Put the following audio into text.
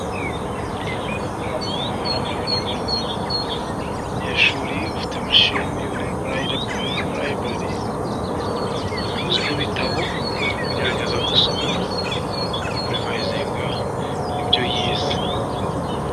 Umunyeshuri ufite mudasobwa uri mu nzu y'ibitabo ari kugerageza gusoma no kwiyibutsa neza ibyo yize.